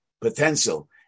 potential